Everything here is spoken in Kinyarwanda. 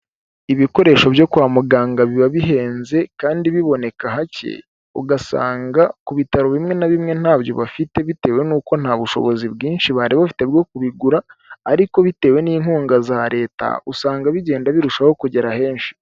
Ibikoresho byo kwa muganga biba bihenze kandi biboneka hake, ugasanga ku bitaro bimwe na bimwe ntabyo bafite bitewe n'uko nta bushobozi bwinshi bari bafite bwo kubigura, ariko bitewe n'inkunga za Leta, usanga bigenda birushaho kugera henshi.